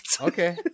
Okay